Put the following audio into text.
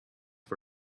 for